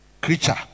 creature